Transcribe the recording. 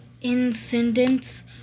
incidents